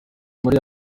muri